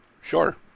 Sure